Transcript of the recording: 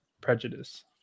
prejudice